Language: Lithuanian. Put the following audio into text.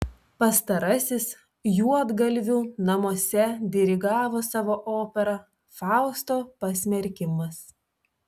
pastarasis juodgalvių namuose dirigavo savo operą fausto pasmerkimas